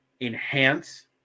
enhance